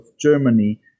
Germany